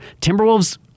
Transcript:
Timberwolves